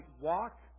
walk